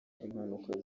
impanuka